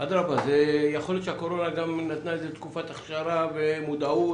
יכול להיות שהקורונה גם נתנה איזו תקופת הכשרה ומודעות.